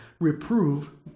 Reprove